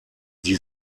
die